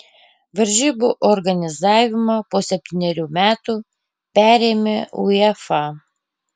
varžybų organizavimą po septynerių metų perėmė uefa